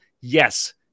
yes